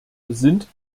sind